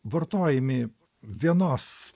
vartojami vienos